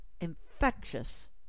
infectious